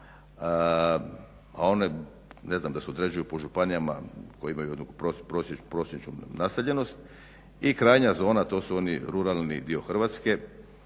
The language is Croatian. a onaj ne znam da se određuju po županijama koje imaju jednu prosječnu naseljenost. I krajnja zona to su oni ruralni dio Hrvatske